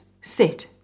sit